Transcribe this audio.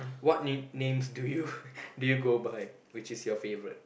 what name~ names do you do you go by which is your favourite